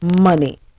money